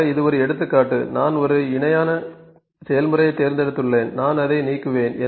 ஆக இது ஒரு எடுத்துக்காட்டு நான் ஒரு இணையான செயல்முறையைத் தேர்ந்தெடுத்துள்ளேன் நான் அதை நீக்குவேன்